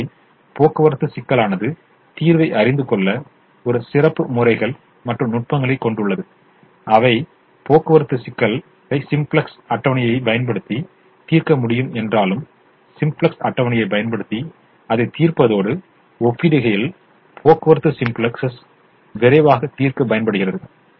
எனவே போக்குவரத்து சிக்கலானது தீர்வை அறிந்துகொள்ள ஒரு சிறப்பு முறைகள் மற்றும் நுட்பங்களைக் கொண்டுள்ளது அவை போக்குவரத்து சிக்கலை சிம்ப்ளக்ஸ் அட்டவணையைப் பயன்படுத்தி தீர்க்க முடியும் என்றாலும் சிம்ப்ளக்ஸ் அட்டவணையைப் பயன்படுத்தி அதைத் தீர்ப்பதோடு ஒப்பிடுகையில் போக்குவரத்து சிக்கலை விரைவாக தீர்க்க பயன்படுகிறது